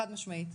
חד משמעית,